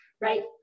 right